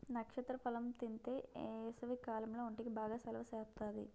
నక్షత్ర ఫలం తింతే ఏసవికాలంలో ఒంటికి బాగా సలవ సేత్తాది